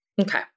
Okay